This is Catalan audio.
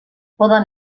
poden